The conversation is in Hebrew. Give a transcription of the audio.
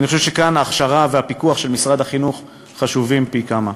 ואני חושב שכאן ההכשרה והפיקוח של משרד החינוך חשובים פי-כמה.